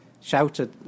shouted